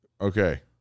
okay